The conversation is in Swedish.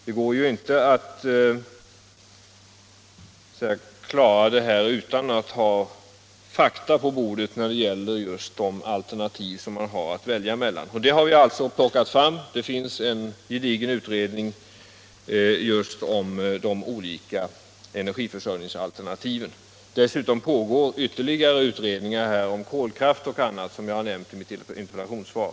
Det går inte att ta ställning utan att ha fakta på bordet just när det gäller de alternativ som finns att välja mellan. Vi har alltså plockat fram fakta. Det finns en gedigen utredning just om de olika energiförsörjningsalternativen. Dessutom pågår ytterligare utredningar om kolkraft och annat som jag har nämnt i mitt interpellationssvar.